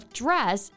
dress